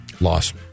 Loss